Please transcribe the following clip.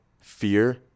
fear